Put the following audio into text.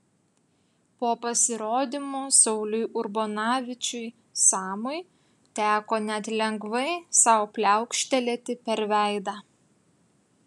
po pasirodymo sauliui urbonavičiui samui teko net lengvai sau pliaukštelėti per veidą